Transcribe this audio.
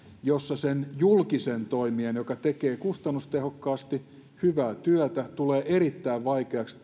joissa sen julkisen toimijan toiminta joka tekee kustannustehokkaasti hyvää työtä tulee erittäin vaikeaksi